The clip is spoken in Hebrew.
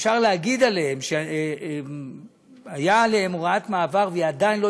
שאפשר להגיד שהיה עליהם הוראת מעבר והיא עדיין לא